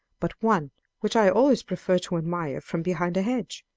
but one which i always prefer to admire from behind a hedge,